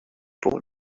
pour